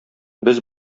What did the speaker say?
без